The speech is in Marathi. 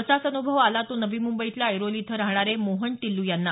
असाच अनुभव आला तो नवी मुंबईतल्या ऐरोली इथं राहणारे मोहन टील्ल यांना